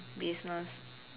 business